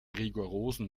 rigorosen